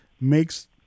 makes –